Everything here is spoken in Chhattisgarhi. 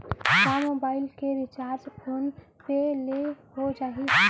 का मोबाइल के रिचार्ज फोन पे ले हो जाही?